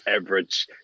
average